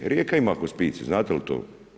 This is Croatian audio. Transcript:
Rijeka ima hospicij, znate li to?